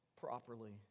properly